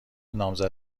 نامزد